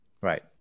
right